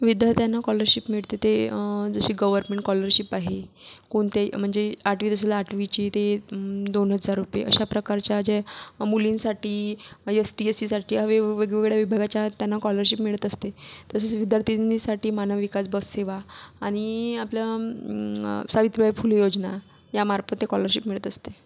विद्यार्थ्यांना कॉलरशिप मिळते ते जशी गवरमेंट कॉलरशिप आहे कोणती म्हणजे आठवीत असेल आठवीची ते दोन हजार रुपये अशा प्रकारच्या ज्या मुलींसाठी एस टी एस सीसाठी या वेगवेगळ्या विभागाच्या त्यांना कॉलरशिप मिळत असते तसेच विद्यार्थिनींसाठी मानव विकास बससेवा आणि आपली सावित्रीबाई फुले योजना यामार्फत ती कॉलरशिप मिळत असते